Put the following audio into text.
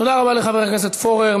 תודה רבה לחבר הכנסת פורר.